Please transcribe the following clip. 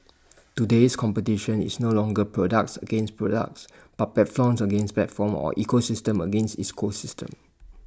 today's competition is no longer products against products but platforms against platforms or ecosystems against ecosystems